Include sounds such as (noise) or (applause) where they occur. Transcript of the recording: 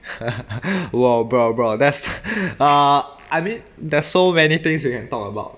(laughs) !whoa! bro bro that's err I mean there's so many things we can talk about